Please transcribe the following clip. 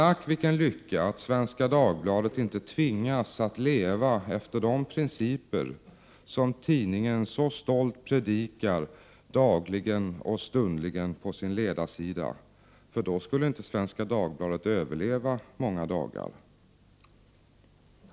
Ack, vilken lycka att Svenska Dagbladet inte tvingas leva efter de principer som tidningen så stolt predikar dagligen och stundligen på sin ledarsida, för då skulle Svenska Dagbladet inte överleva många dagar.